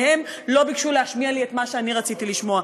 והם לא ביקשו להשמיע לי את מה שאני רציתי לשמוע.